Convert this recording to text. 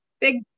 big